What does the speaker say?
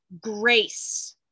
grace